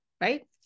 Right